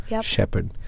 shepherd